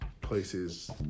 places